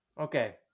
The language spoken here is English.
Okay